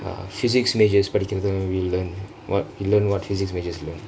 physics majors படிக்கரதுல:padikrathula we learn we learn what we learn what physics majors learn